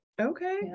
Okay